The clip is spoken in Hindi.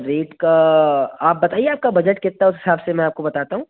रेट का आप बताइए आपका बजट कितना उस हिसाब से मैं आपको बताता हूँ